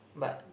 but